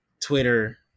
Twitter